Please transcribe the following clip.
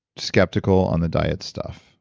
skeptical on the diet stuff.